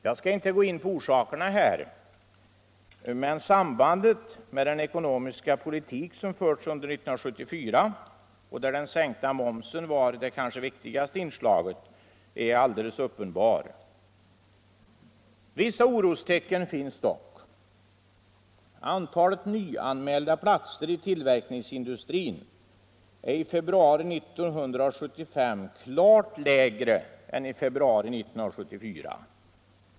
Jag skall inte gå in på orsakerna här, men sambandet med den ekonomiska politik som fördes under 1974, där den sänkta momsen var det kanske viktigaste inslaget, är alldeles uppenbart. Vissa orostecken finns dock. Antalet nyanmälda platser i tillverkningsindustrin i februari 1975 var klart lägre än i februari 1974.